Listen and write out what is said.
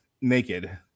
naked